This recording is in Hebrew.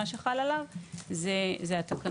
מה שחל עליו זה התקנות.